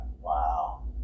Wow